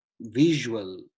visual